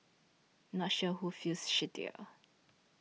not sure who feels shittier